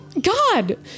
God